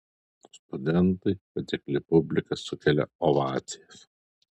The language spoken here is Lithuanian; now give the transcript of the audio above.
studentai patikli publika sukelia ovacijas